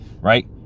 right